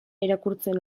irakurtzen